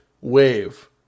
wave